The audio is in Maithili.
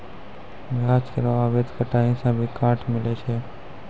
गाछ केरो अवैध कटाई सें भी काठ मिलय छै